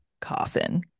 coffin